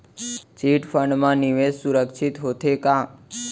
Chit fund मा निवेश सुरक्षित होथे का?